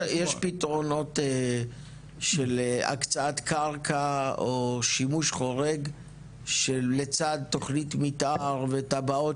יש פתרונות של הקצאת קרקע או שימוש חורג שלצד תוכנית מתאר ותב"עות